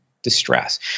distress